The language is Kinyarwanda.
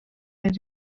rayon